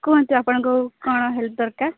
କୁହନ୍ତୁ ଆପଣଙ୍କୁ କ'ଣ ହେଲ୍ପ ଦରକାର